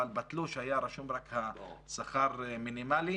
אבל בתלוש היה רשום רק השכר המינימלי,